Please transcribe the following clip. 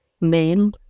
male